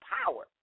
power